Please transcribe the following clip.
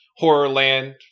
Horrorland